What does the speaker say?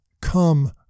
come